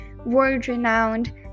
world-renowned